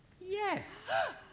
Yes